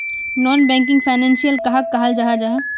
Non banking financial कहाक कहाल जाहा जाहा?